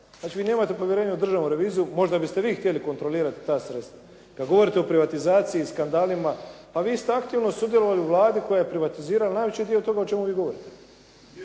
Znači vi nemate povjerenje u državnu reviziju. Možda biste vi htjeli kontrolirati ta sredstva. Kad govorite o privatizaciji i skandalima, pa vi ste aktivno sudjelovali u Vladi koja je privatizirala najveći dio toga o čemu vi govorite.